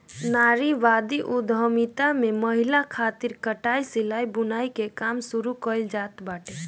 नारीवादी उद्यमिता में महिलन खातिर कटाई, सिलाई, बुनाई के काम शुरू कईल जात बाटे